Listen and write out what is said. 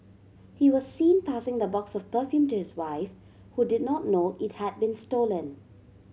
he was seen passing the box of perfume to his wife who did not know it had been stolen